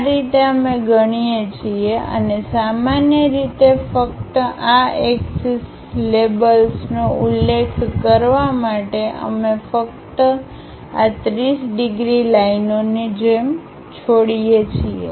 આ રીતે અમે ગણીએ છીએ અને સામાન્ય રીતે ફક્ત આ એક્સિસ લેબલ્સનો ઉલ્લેખ કરવા માટે અમે ફક્ત આ 30 ડિગ્રી લાઈનોને જેમ છોડીએ છીએ